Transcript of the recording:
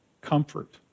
Comfort